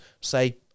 say